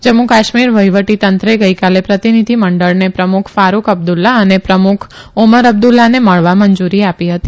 જમ્મુ કાશ્મીર વહીવટી તંત્રે ગઈકાલે પ્રતિનિધિ મંડળને પ્રમુખ ફારૂક અબ્દુલ્લાહ અને ઉપપ્રમુખ ઓમર અબ્દુલ્લાહને મળવા મંજુરી આપી હતી